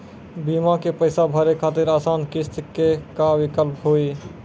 बीमा के पैसा भरे खातिर आसान किस्त के का विकल्प हुई?